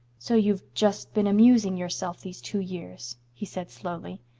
so you've just been amusing yourself these two years? he said slowly.